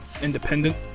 independent